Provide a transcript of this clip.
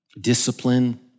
discipline